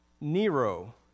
Nero